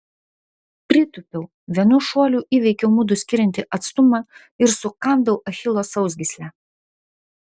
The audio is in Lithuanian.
pritūpiau vienu šuoliu įveikiau mudu skiriantį atstumą ir sukandau achilo sausgyslę